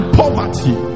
poverty